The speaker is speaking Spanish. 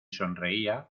sonreía